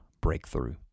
breakthrough